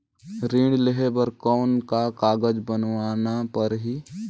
ऋण लेहे बर कौन का कागज बनवाना परही?